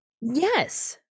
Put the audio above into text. Yes